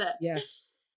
Yes